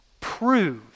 Prove